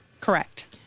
Correct